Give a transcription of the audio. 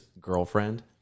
girlfriend